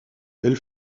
elle